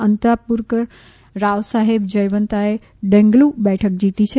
અંતાપૂરકર રાવ સાહેબ જયવતાએ ડેગલુ બેઠક જીતી છે